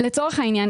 לצורך העניין,